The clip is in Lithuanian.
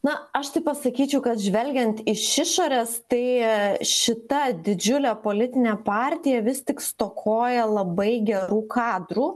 na aš tai pasakyčiau kad žvelgiant iš išorės tai šita didžiulė politinė partija vis tik stokoja labai gerų kadrų